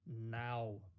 now